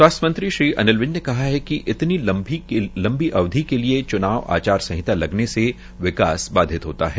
स्वास्थ्य मंत्री में श्री अनिल विज ने कहा कि इतनी लंबी अवधि के लिये च्नाव आचार संहिता लगने से विकास बाधित होता है